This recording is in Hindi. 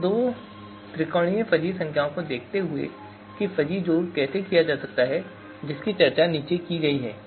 इन दो त्रिकोणीय फजी संख्याओं को देखते हुए कि फजी जोड़ कैसे किया जा सकता है जिसकी चर्चा नीचे की गई है